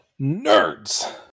nerds